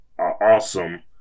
awesome